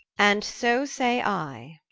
and so say i